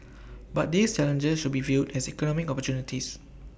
but these challenges should be viewed as economic opportunities